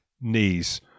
knees